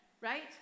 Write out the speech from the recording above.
right